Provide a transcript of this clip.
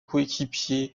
coéquipier